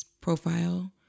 profile